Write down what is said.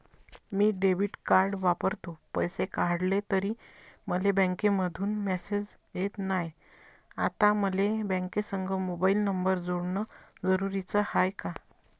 मी debit card वापरतो, पैसे काढले तरी मले बँकेमंधून मेसेज येत नाय, आता मले बँकेसंग मोबाईल नंबर जोडन जरुरीच हाय का?